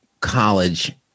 college